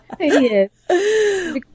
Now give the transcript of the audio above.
Yes